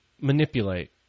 manipulate